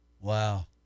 Wow